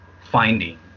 finding